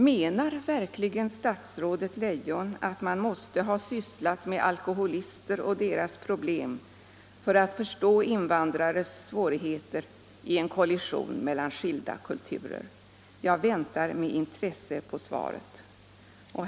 Menar verkligen statsrådet Leijon att man måste ha sysslat med alkoholister och deras problem för att förstå invandrares svårigheter i en kollision mellan skilda kulturer? Jag väntar med intresse på svaret.